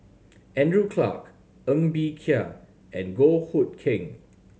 Andrew Clarke Ng Bee Kia and Goh Hood Keng